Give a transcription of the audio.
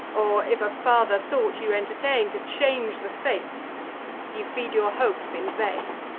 or if a farther thought you entertain, to change the fates you feed your hopes in vain.